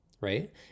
Right